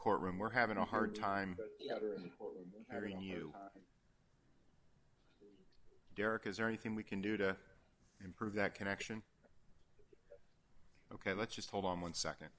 courtroom we're having a hard time hearing you derek is there anything we can do to improve that connection ok let's just hold on one second